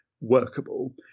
workable